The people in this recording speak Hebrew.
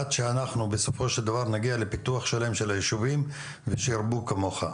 עד שאנחנו בסופו של דבר נגיע לפיתוח שלם של הישובים ושירבו כמוך.